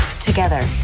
Together